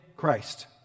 Christ